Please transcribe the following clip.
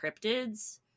cryptids